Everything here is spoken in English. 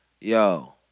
Yo